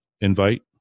invite